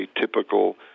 typical